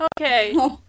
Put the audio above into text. Okay